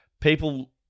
people